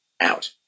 out